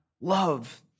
love